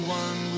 one